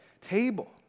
table